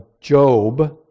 Job